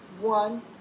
one